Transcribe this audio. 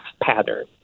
pattern